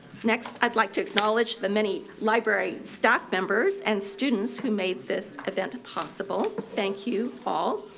next i'd like to acknowledge the many library staff members and students who made this event possible thank you all.